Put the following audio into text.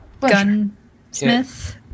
Gunsmith